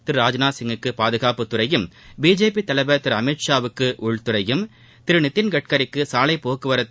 திரு ராஜ்நாத்சிங்குக்கு பாதுகாப்புத்துறையும் பிஜேபி தலைவா் திரு அமித்ஷா வுக்கு உள்துறையும் திரு நிதின் கட்கரிக்கு சாலை போக்குவரத்து